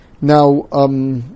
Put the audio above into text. Now